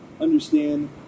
understand